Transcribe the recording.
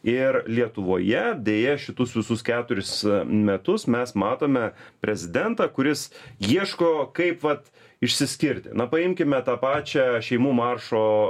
ir lietuvoje deja šitus visus keturis metus mes matome prezidentą kuris ieško kaip vat išsiskirti na paimkime tą pačią šeimų maršo